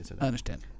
understand